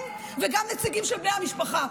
הם וגם נציגים של בני המשפחה.